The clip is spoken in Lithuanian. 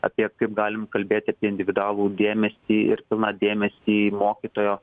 apie kaip galim kalbėti apie individualų dėmesį ir pilną dėmesį mokytojo